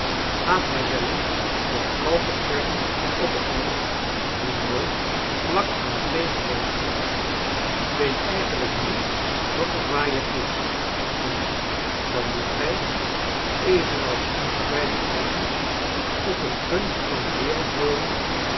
gaat hij wel eens wat al te ferm op het land af wie nooit vlak aan zee gewoond heeft weet eigenlijk niet wat of waaien is en dan moet gij evenals onze beide kleinen op een puntje van de wereld wonen